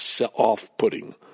off-putting